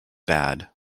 bad